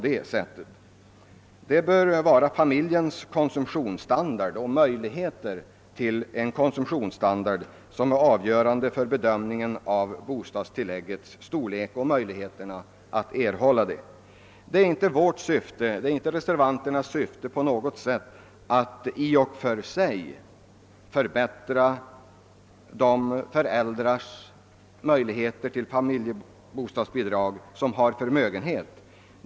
Det bör vara familjens konsumtionsstandard och möjligheterna till konsumtionsstandard som är avgörande för bedömning av bostadstillläggets storlek och möjligheten att erhålla det. Reservanterna syftar i och för sig inte på något sätt till att förbättra de föräldrars möjligheter till familjebostadsbidrag som har förmögenhet.